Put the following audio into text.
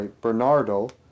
Bernardo